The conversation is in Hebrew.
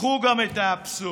קחו גם את האבסורד.